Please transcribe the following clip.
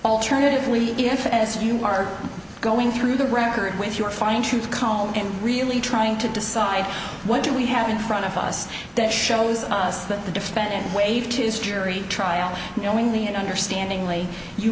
alternatively if as you are going through the record with your fine tooth comb and really trying to decide what do we have in front of us that shows us that the defendant waived his jury trial knowingly and understandingly you